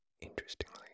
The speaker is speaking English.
interestingly